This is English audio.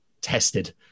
tested